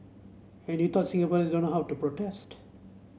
and you thought Singaporeans don't know how to protest